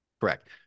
Correct